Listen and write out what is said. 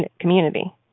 community